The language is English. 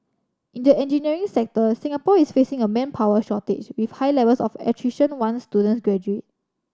in the engineering sector Singapore is facing a manpower shortage with high levels of attrition once student graduate